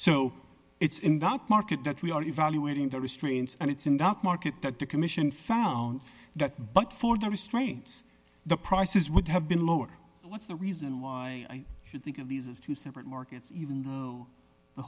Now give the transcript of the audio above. so it's in that market that we are evaluating the restraints and it's in the market that the commission found that but for the restraints the prices would have been lower what's the reason why i should think of these as two separate markets even though the